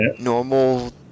normal